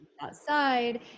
outside